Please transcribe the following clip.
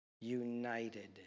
united